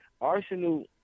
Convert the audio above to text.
Arsenal